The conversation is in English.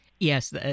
Yes